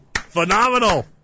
Phenomenal